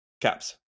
caps